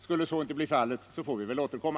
Skulle så inte bli fallet får vi väl återkomma.